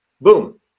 Boom